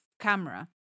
camera